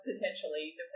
potentially